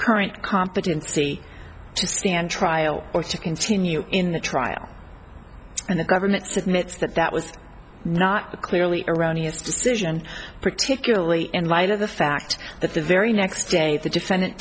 current competency to stand trial or to continue in the trial and the government's admits that that was not a clearly erroneous decision particularly in light of the fact that the very next day the defendant